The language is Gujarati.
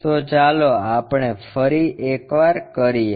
તો ચાલો આપણે ફરી એક વાર કરીએ